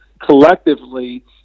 collectively